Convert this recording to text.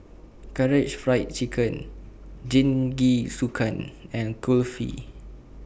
Karaage Fried Chicken Jingisukan and Kulfi